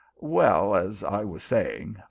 well, as i was saying,